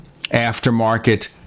aftermarket